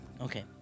Okay